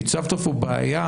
והצפת פה בעיה